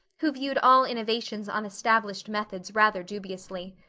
who viewed all innovations on established methods rather dubiously.